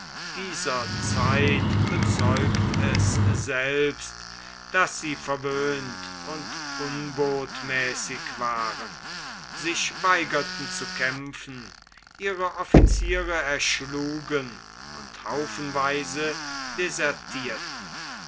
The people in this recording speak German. dieser zeit bezeugt es selbst daß sie verwöhnt und unbotmäßig waren sich weigerten zu kämpfen ihre offiziere erschlugen und haufenweise desertierten